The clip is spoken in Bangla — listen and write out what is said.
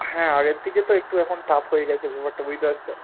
হ্যাঁ আগের থেকে তো একটু এখন টাফ হয়ে গেছে ব্যাপারটা বুঝতে পারছ